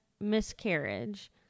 miscarriage